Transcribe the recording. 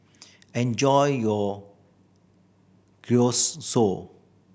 enjoy your